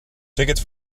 tickets